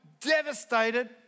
devastated